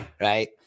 right